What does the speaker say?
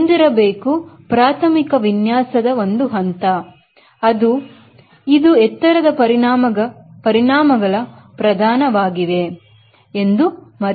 ನೀವು ಹೊಂದಿರಬೇಕು ಪ್ರಾಥಮಿಕ ವಿನ್ಯಾಸದ ಒಂದು ಹಂತ ಆದ ಇದು ಎತ್ತರದ ಪರಿಣಾಮಗಳು ಪ್ರಧಾನವಾಗಿವೆ ಎಂಬ ಮರೆಯಬೇಡಿ